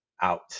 out